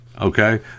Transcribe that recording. Okay